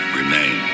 remain